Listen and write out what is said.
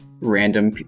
random